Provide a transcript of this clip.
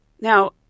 now